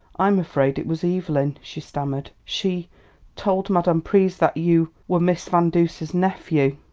i'm afraid it was evelyn, she stammered. she told madame pryse that you were mrs. van duser's nephew.